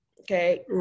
Okay